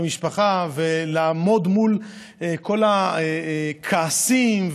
ולעמוד מול כל הכעסים,